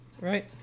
right